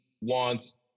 wants